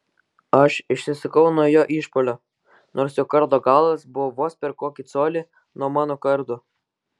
aš išsisukau nuo jo išpuolio nors jo kardo galas buvo vos per kokį colį nuo mano kardo